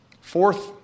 Fourth